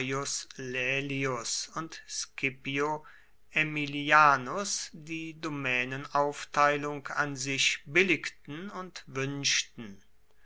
laelius und scipio aemilianus die domänenaufteilung an sich billigten und wünschten